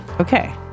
Okay